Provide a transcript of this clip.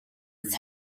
its